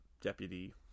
deputy